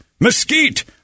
Mesquite